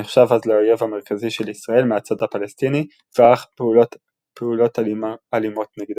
שנחשב אז לאויב המרכזי של ישראל מהצד הפלסטיני וערך פעולות אלימות נגדה.